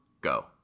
go